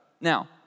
Now